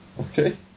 Okay